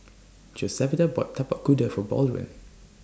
Josefita bought Tapak Kuda For Baldwin